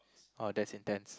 orh that's intense